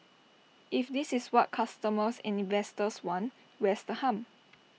if this is what customers and investors want where's the harm